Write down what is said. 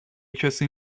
کسی